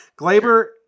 Glaber